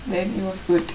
then it was good